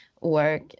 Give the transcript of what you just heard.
work